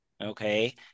Okay